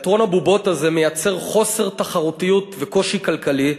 תיאטרון הבובות הזה מייצר חוסר תחרותיות וקושי כלכלי,